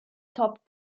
top